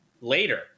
later